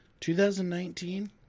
2019